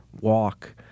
walk